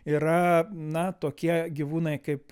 yra na tokie gyvūnai kaip